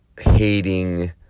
hating